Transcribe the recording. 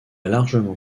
largement